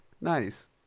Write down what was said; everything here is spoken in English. nice